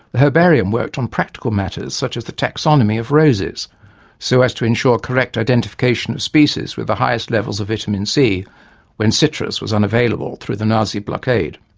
the herbarium worked on practical matters such as the taxonomy of roses so as to ensure correct identification of species with the highest levels of vitamin c when citrus was unavailable through the nazi blockade.